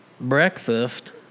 breakfast